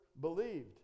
believed